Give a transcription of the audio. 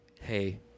hey